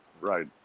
right